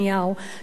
אני רוצה לומר,